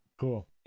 Cool